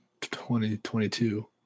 2022